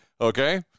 Okay